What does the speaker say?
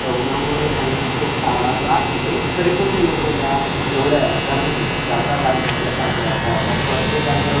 तर उन्हामुळे त्यांना खूप सारा त्रास होते तरी पण ते लोकं त्या एवढ्या गरमीत जातात आणि आपलं काम करतात तर प्रत्येकाचं